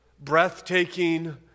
breathtaking